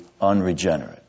unregenerate